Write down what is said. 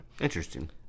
Interesting